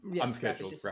unscheduled